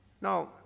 Now